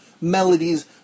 melodies